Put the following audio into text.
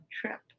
trip